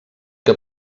que